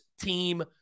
team